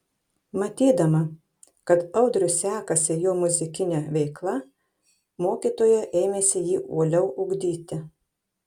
matydama kad audriui sekasi jo muzikinė veikla mokytoja ėmėsi jį uoliau ugdyti